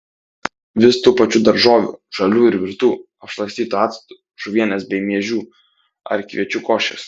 vis tų pačių daržovių žalių ir virtų apšlakstytų actu žuvienės bei miežių ar kviečių košės